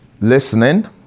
listening